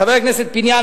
חבר הכנסת פיניאן,